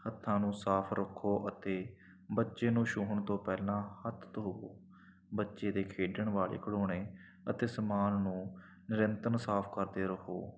ਹੱਥਾਂ ਨੂੰ ਸਾਫ ਰੱਖੋ ਅਤੇ ਬੱਚੇ ਨੂੰ ਛੂਹਣ ਤੋਂ ਪਹਿਲਾਂ ਹੱਥ ਧੋਵੋ ਬੱਚੇ ਦੇ ਖੇਡਣ ਵਾਲੇ ਖਿਡੌਣੇ ਅਤੇ ਸਮਾਨ ਨੂੰ ਨਿਰੰਤਰ ਸਾਫ ਕਰਦੇ ਰਹੋ